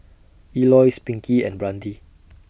Elois Pinkey and Brandi